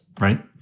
right